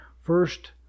first